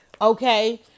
Okay